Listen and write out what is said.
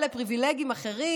אלה פריבילגים אחרים,